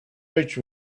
rachel